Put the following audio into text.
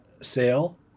sale